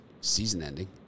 season-ending